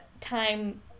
time